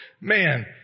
Man